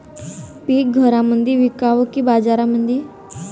पीक घरामंदी विकावं की बाजारामंदी?